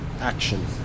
action